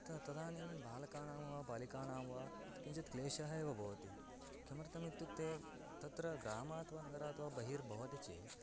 त तदानीं बालकानां वा बालिकानां वा किञ्चित् क्लेशः एव भवति किमर्थम् इत्युक्ते तत्र ग्रामात् नगरात् वा बहिर्भवति चेत्